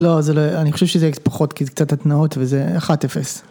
לא, אני חושב שזה אקס פחות, כי זה קצת התנאות וזה 1-0.